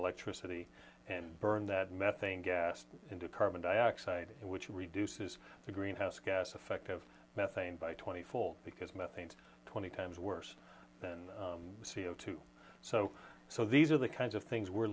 electricity and burn that methane gas into carbon dioxide which reduces the greenhouse gas effect of methane by twenty four because methane twenty times worse than c o two so so these are the kinds of things we're